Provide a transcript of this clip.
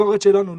המשכורת שלנו לא.